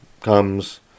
comes